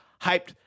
hyped